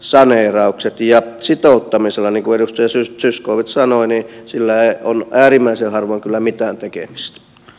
ja sitouttamisella niin kuin edustaja zyskowicz sanoi on tässä äärimmäisen harvoin kyllä mitään tekemistä